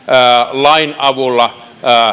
lain avulla